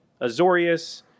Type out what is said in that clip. azorius